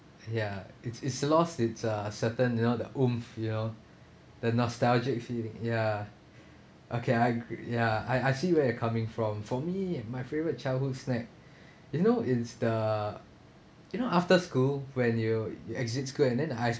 ya it's it's lost its oomph certain you know the you know the nostalgic feeling ya okay I agree ya I I see where it coming from for me my favourite childhood snack you know it's the you know after school when you you exit school and then the